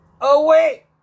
away